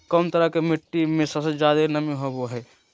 कौन तरह के मिट्टी में सबसे जादे नमी होबो हइ?